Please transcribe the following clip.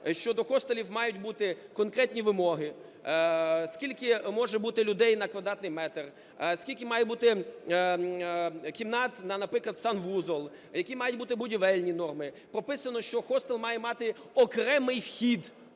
що до хостелів мають бути конкретні вимоги: скільки може бути людей на квадратний метр, скільки має бути кімнат, на, наприклад, санвузол, які мають бути будівельні норми, прописано, що хостел має мати окремий вхід,